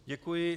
Děkuji.